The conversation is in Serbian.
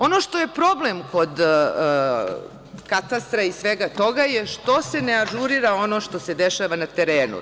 Ono što je problem kod Katastra i svega toga je što se ne ažurira ono što se dešava na terenu.